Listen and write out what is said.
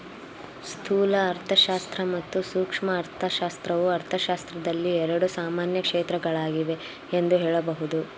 ಸ್ಥೂಲ ಅರ್ಥಶಾಸ್ತ್ರ ಮತ್ತು ಸೂಕ್ಷ್ಮ ಅರ್ಥಶಾಸ್ತ್ರವು ಅರ್ಥಶಾಸ್ತ್ರದಲ್ಲಿ ಎರಡು ಸಾಮಾನ್ಯ ಕ್ಷೇತ್ರಗಳಾಗಿವೆ ಎಂದು ಹೇಳಬಹುದು